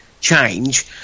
change